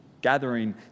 gathering